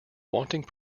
wanting